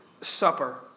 supper